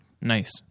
Nice